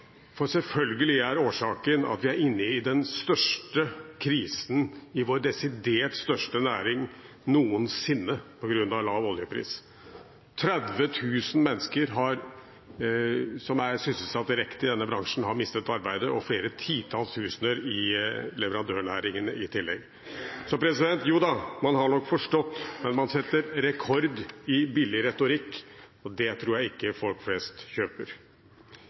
retorikk. Selvfølgelig er årsaken at vi er inne i den største krisen i vår desidert største næring noensinne, på grunn av lav oljepris. 30 000 mennesker som er sysselsatt direkte i denne bransjen, har mistet arbeidet, og flere titalls tusener i leverandørnæringene i tillegg. Så jo da, man har nok forstått, men man setter rekord i billig retorikk. Det tror jeg ikke folk flest kjøper.